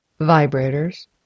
Vibrators